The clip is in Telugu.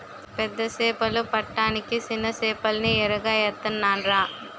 పెద్ద సేపలు పడ్డానికి సిన్న సేపల్ని ఎరగా ఏత్తనాన్రా